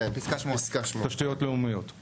כן, פסקה 8. תשתיות לאומיות.